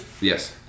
Yes